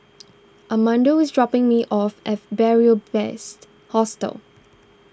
Armando is dropping me off at Beary Best Hostel